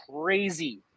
crazy